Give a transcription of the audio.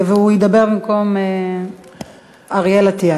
הוא ידבר במקום אריאל אטיאס.